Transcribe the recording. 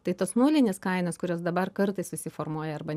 tai tos nulinės kainos kurios dabar kartais susiformuoja arba